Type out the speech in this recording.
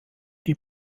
die